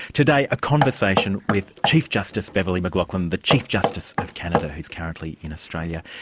today a conversation with chief justice beverley mclachlin, the chief justice of canada, who's currently in australia.